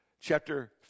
chapter